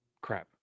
crap